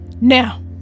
Now